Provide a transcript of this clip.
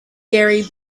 gary